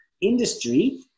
industry